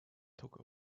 took